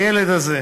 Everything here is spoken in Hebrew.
הילד הזה,